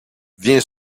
viens